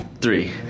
three